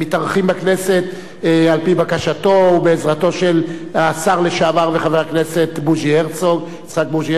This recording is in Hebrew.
בכנסת על-פי בקשתו ובעזרתו של השר לשעבר חבר הכנסת יצחק בוז'י הרצוג.